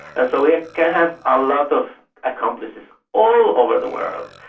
and so we ah can have a lot of accomplices all over the world,